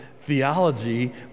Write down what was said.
theology